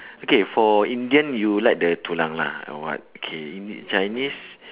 okay for indian you like the tulang lah or what okay ind~ chinese